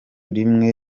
rimwe